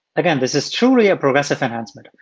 again, this is truly a progressive enhancement.